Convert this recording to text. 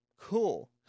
Cool